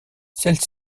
celle